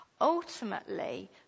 ultimately